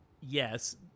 yes